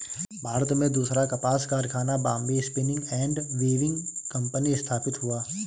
भारत में दूसरा कपास कारखाना Bombay spinning and weaving company स्थापित हुआ